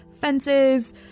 fences